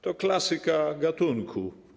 To klasyka gatunku.